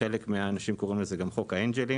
חלק מהאנשים קוראים לזה גם חוק האנג'לים.